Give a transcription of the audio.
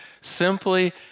simply